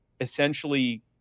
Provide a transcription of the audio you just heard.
essentially